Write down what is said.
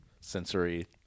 sensory